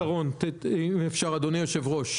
אדוני היושב-ראש,